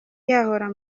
yahora